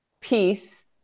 peace